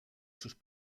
sus